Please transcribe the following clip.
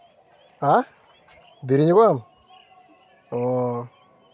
ᱦᱮᱸ ᱫᱮᱨᱤ ᱧᱚᱜᱚᱜᱻᱟᱢ ᱚᱻ